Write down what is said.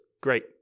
great